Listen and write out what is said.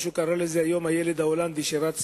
מישהו קרא לזה היום הילד ההולנדי שרץ